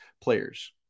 players